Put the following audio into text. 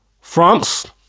France